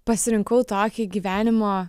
pasirinkau tokį gyvenimo